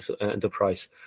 enterprise